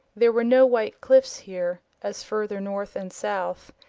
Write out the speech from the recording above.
there were no white cliffs here, as further north and south,